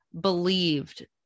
believed